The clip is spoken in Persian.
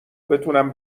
بتونم